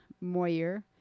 Moyer